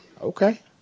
Okay